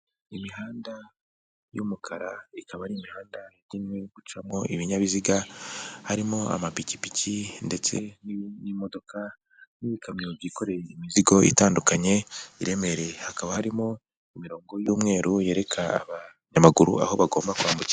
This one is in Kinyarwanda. Imihanda y'umukara ikaba ari imihanda igenewe gucamo ibinyabiziga harimo amapikipiki ndetse n'imodoka n'ibikamyo byikoreye imizigo itandukanye iremereye hakaba harimo imirongo y'umweru yerekana abanyamaguru aho bagomba kwambukira.